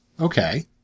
Okay